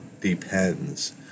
depends